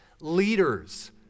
leaders